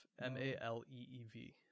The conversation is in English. M-A-L-E-E-V